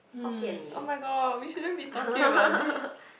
hmm oh-my-god we shouldn't be talking about this